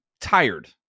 tired